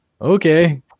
okay